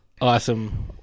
awesome